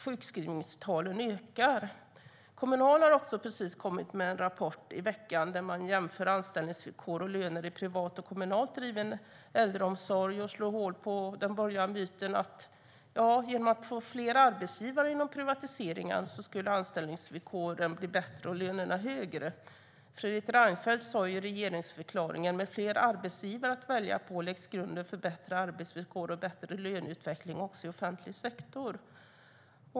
Sjukskrivningstalen ökar. Kommunal kom med en rapport nu i veckan där de jämför anställningsvillkor och löner i privat och kommunalt driven äldreomsorg. De slår hål på den borgerliga myten att man genom fler arbetsgivare och privatisering skulle få bättre anställningsvillkor och högre löner. Fredrik Reinfeldt sade i regeringsförklaringen: "Med fler arbetsgivare att välja på läggs grunden för bättre arbetsvillkor och bättre löneutveckling i offentlig sektor."